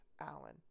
Allen